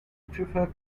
prefer